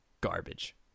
garbage